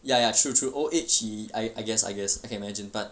ya ya true true old age he I I guess I guess I can imagine but